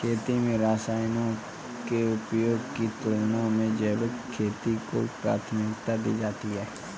खेती में रसायनों के उपयोग की तुलना में जैविक खेती को प्राथमिकता दी जाती है